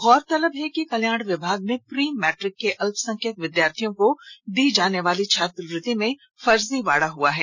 गौरतलब है कि कल्याण विभाग में प्री मैट्रिक के अल्पसंख्यक विद्यार्थियों को दी जानेवाली छात्रवृति में फर्जीवाड़ा हुआ है